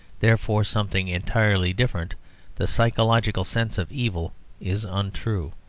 therefore something entirely different the psychological sense of evil is untrue.